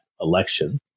election